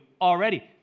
already